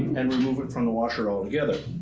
and remove it from the washer altogether.